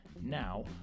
now